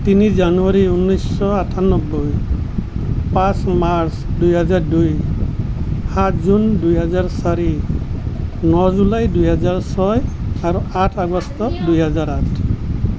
তিনি জানুৱাৰী ঊনৈছশ আঠানব্বৈ পাঁচ মাৰ্চ দুহেজাৰ দুই সাত জুন দুহেজাৰ চাৰি ন জুলাই দুহেজাৰ ছয় আৰু আঠ আগষ্ট দুহেজাৰ আঠ